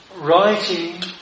writing